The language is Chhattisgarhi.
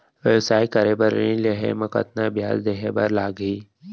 व्यवसाय करे बर ऋण लेहे म कतना ब्याज देहे बर लागही?